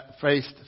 faced